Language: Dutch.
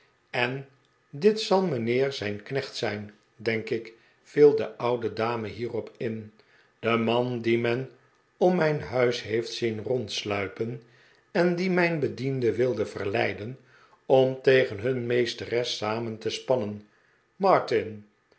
en dit zal mijnheer zijn knecht zijn denk ik viel de oude dame hierop in de man dien men om mijn huis heeft zien rondsluipen en die mijn bedienden wilde verleiden om tegen him meesteres samen te spannen martin